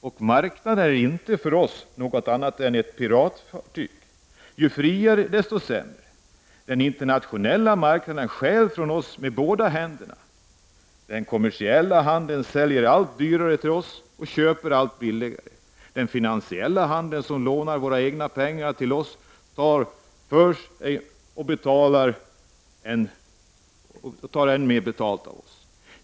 Och marknaden är inte, för oss, något annat än ett piratfartyg; ju friare desto sämre. Den internationella marknaden stjäl från oss med båda händerna. Den kommersiella handeln säljer allt dyrare till oss, och köper allt billigare. Den finansiella handeln, som lånar våra egna pengar till oss, tar för var gång mer betalt av oss.